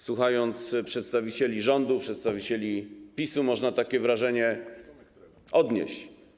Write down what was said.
Słuchając przedstawicieli rządu, przedstawicieli PiS-u, można takie wrażenie odnieść.